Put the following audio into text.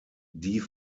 die